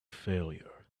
failure